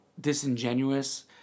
disingenuous